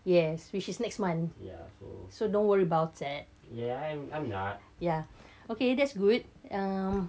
yes which is next month so don't worry about ya okay that's good um